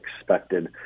expected